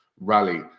rally